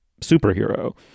superhero